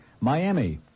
Miami